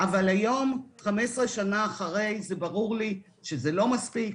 אבל היום 15 שנה אחרי זה ברור לי שזה לא מספיק.